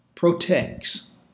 protects